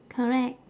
correct